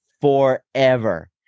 forever